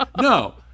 No